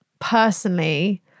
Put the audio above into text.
personally